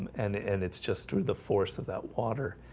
and and it's just through the force of that water